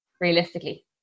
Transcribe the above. realistically